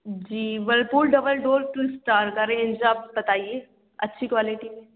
جی Whirlpool double door two star کا range آپ بتائیے اچھی کوالٹی میں